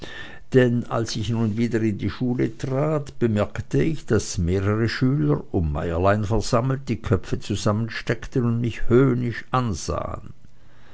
denn als ich nun wieder in die schule trat bemerkte ich daß mehrere schüler um meierlein versammelt die köpfe zusammensteckten und mich höhnisch ansahen